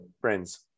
Friends